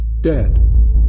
dead